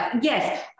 yes